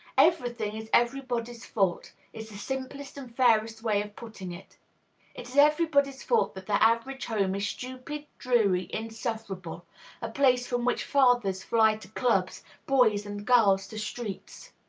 every thing is everybody's fault is the simplest and fairest way of putting it. it is everybody's fault that the average home is stupid, dreary, insufferable a place from which fathers fly to clubs, boys and girls to streets.